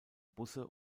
busse